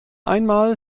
einmal